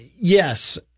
Yes